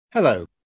Hello